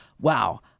wow